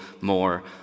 more